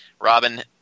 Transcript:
Robin